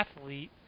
athlete